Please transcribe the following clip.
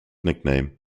nickname